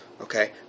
Okay